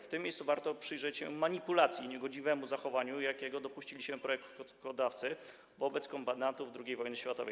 W tym miejscu warto przyjrzeć się manipulacji i niegodziwemu zachowaniu, jakiego dopuścili się projektodawcy wobec kombatantów II wojny światowej.